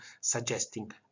suggesting